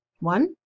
one